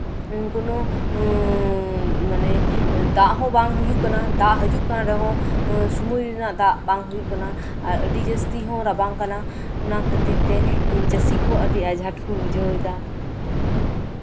ᱠᱳᱱᱳ ᱢᱟᱱᱮ ᱫᱟᱜ ᱦᱚᱸ ᱵᱟᱝ ᱦᱩᱭᱩᱜ ᱠᱟᱱᱟ ᱫᱟᱜ ᱦᱤᱡᱩᱜ ᱠᱟᱱ ᱨᱮᱦᱚᱸ ᱥᱚᱢᱚᱭ ᱨᱮᱱᱟᱜ ᱫᱟᱜ ᱵᱟᱝ ᱦᱩᱭᱩᱜ ᱠᱟᱱᱟ ᱟᱹᱰᱤ ᱡᱟᱹᱥᱛᱤ ᱦᱚᱸ ᱨᱟᱵᱟᱝ ᱠᱟᱱᱟ ᱚᱱᱟ ᱠᱷᱟᱹᱛᱤᱨᱛᱮ ᱪᱟᱹᱥᱤ ᱠᱚ ᱟᱹᱰᱤ ᱟᱡᱷᱟᱴ ᱠᱚ ᱵᱩᱡᱷᱟᱹᱣ ᱮᱫᱟ